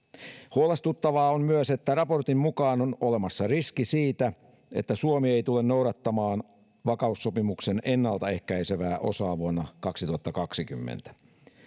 huolestuttavaa on myös että raportin mukaan on olemassa riski siitä että suomi ei tule noudattamaan vakaussopimuksen ennaltaehkäisevää osaa vuonna kaksituhattakaksikymmentä